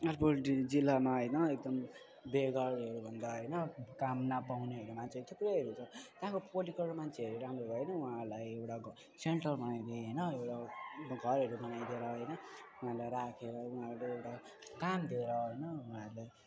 अलिपुर जिल्लामा होइन एकदम बेगरहरू भन्दा होइन काम नापाउनेहरूमा चाहिँ थुप्रो त्यहाँको पोलिटिकल मान्छेहरू राम्रो रहेन उहाँहरूलाई एउटा घ सेल्टर बनाइदिएर होइन एउटा घरहरू बनाइदिएर होइन उनीहरूलाई राख्यो उनीहरू काम दिएर होइन